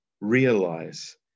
realize